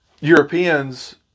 Europeans